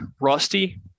rusty